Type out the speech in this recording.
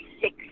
six